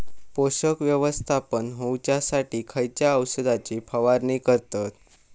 पोषक व्यवस्थापन होऊच्यासाठी खयच्या औषधाची फवारणी करतत?